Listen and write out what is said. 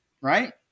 Right